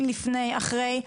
לפני ואחרי,